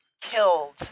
killed